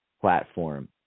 platform